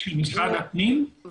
--של משרד הפנים ברוח נכון.